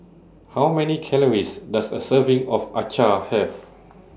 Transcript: How Many Calories Does A Serving of Acar Have